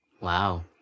Wow